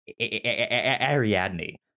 Ariadne